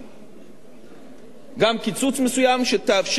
גם קיצוץ מסוים, שתאפשר לישראל לעמוד ביעד